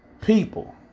People